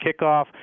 kickoff